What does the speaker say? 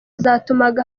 zatumaga